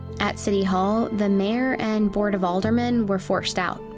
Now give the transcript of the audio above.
at city hall the mayor and board of aldermen were forced out.